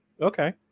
okay